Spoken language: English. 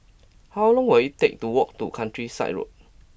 how long will it take to walk to Countryside Road